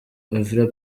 evra